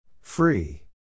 Free